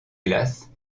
glace